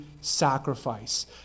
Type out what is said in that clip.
sacrifice